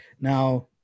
Now